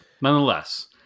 nonetheless